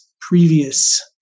previous